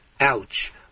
ouch